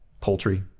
poultry